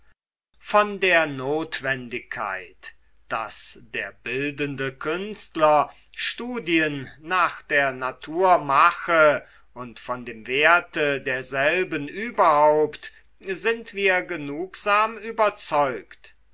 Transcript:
von der notwendigkeit daß der bildende künstler studien nach der natur mache und von dem werte derselben überhaupt sind wir genugsam überzeugt